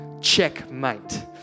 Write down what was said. checkmate